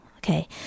Okay